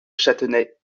chanteguet